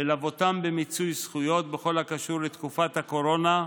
ללוותם במיצוי זכויות בכל הקשור לתקופת הקורונה,